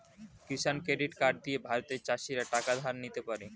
কিষান credit card দিয়ে ভারতের চাষীরা টাকা ধার নিতে পারে